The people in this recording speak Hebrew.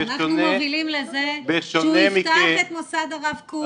אנחנו מובילים לזה שהוא יפתח את מוסד הרב קוק,